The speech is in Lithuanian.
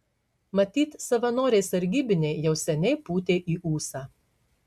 matyt savanoriai sargybiniai jau seniai pūtė į ūsą